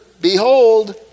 behold